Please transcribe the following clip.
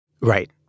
Right